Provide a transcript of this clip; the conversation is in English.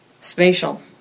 spatial